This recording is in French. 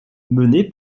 menée